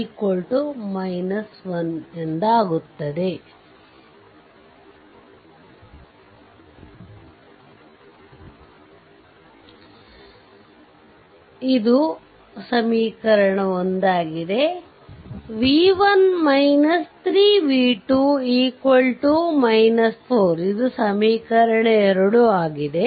ಈಗ ಇಲ್ಲಿ ಬದಲಿಸಿದಾಗ v1 3 v2 4